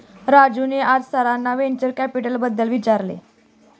राजूने आज सरांना व्हेंचर कॅपिटलबद्दल विचारले